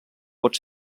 pot